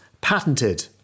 patented